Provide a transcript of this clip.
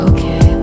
Okay